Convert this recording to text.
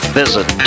visit